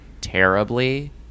terribly